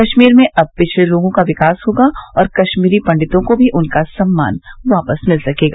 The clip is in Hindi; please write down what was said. कश्मीर में अब पिछडे लोगों का विकास होगा और कश्मीरी पण्डितों को भी उनका सम्मान वापस मिलेगा